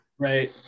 Right